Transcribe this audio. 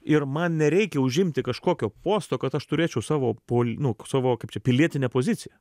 ir man nereikia užimti kažkokio posto kad aš turėčiau savo poli nu savo kaip čia pilietinę poziciją